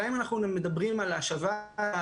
גם אם אנחנו מדברים על השבה מהעבר,